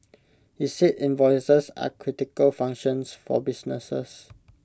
he said invoices are critical functions for businesses